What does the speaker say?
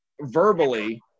verbally –